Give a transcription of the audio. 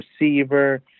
receiver